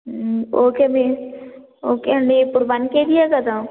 okay మీ okay అండి ఇప్పుడు వన్ కేజీయే కదా